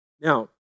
Now